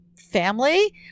family